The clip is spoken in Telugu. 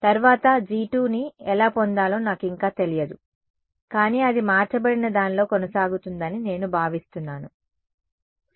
తరువాత G2 ని ఎలా పొందాలో నాకు ఇంకా తెలియదు కానీ అది మార్చబడిన దానిలో కొనసాగుతుందని నేను భావిస్తున్నాను సమయం 1334